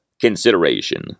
consideration